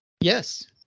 Yes